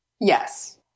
Yes